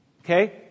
Okay